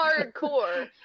hardcore